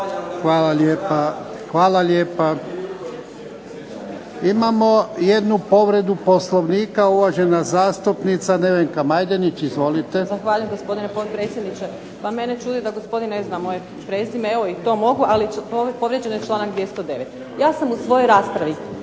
Hvala lijepa. Imamo jednu povredu Poslovnika, uvažena zastupnica Nevenka Majdenić. Izvolite. **Majdenić, Nevenka (HDZ)** Zahvaljujem, gospodine potpredsjedniče. Pa mene čudi da gospodin ne zna moje prezime, evo i to mogu, ali povrijeđen je članak 209. Ja sam u svojoj raspravi